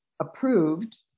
approved